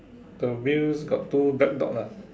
the wheels got two black dots lah